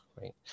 right